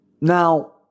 Now